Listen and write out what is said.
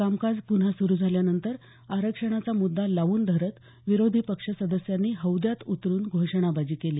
कामकाज पुन्हा सुरू झाल्यानंतर आरक्षणाचा मुद्दा लावून धरत विरोधी पक्ष सदस्यांनी हौद्यात उतरून घोषणाबाजी केली